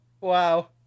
Wow